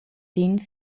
tien